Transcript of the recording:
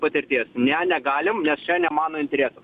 patirties ne negalim nes čia ne mano interesas